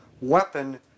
weapon